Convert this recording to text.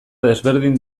desberdin